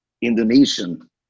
Indonesian